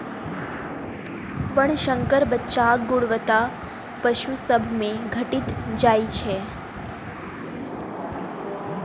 वर्णशंकर बच्चाक गुणवत्ता पशु सभ मे घटि जाइत छै